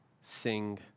sing